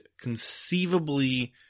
conceivably